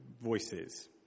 voices